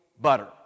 butter